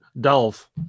Dolph